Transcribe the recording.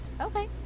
okay